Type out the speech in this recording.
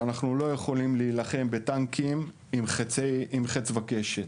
אנחנו לא יכולים להילחם בטנקים עם חץ וקשת.